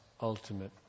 ultimate